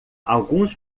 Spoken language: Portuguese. alguns